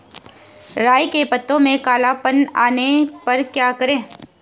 राई के पत्तों में काला पन आने पर क्या करें?